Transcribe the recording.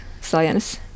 science